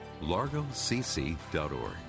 largocc.org